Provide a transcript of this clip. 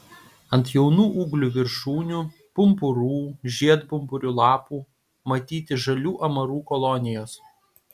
ant jaunų ūglių viršūnių pumpurų žiedpumpurių lapų matyti žalių amarų kolonijos